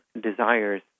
desires